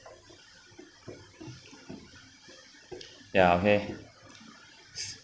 ya okay